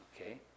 okay